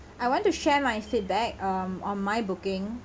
I want to share my feedback um on my booking